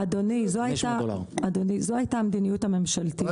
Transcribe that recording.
אבל, אדוני, זו הייתה המדיניות הממשלתית.